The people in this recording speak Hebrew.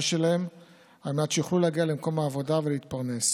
שלהם כדי שיוכלו להגיע למקום העבודה ולהתפרנס.